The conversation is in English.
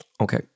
Okay